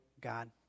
God